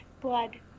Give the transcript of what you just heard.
blood